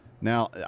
Now